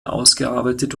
ausgearbeitet